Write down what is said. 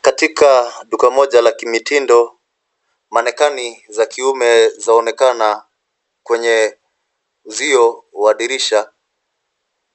Katika duka moja la kimitindo, manekani za kiume zaonekana kwenye uzio wa dirisha